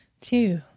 two